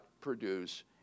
produce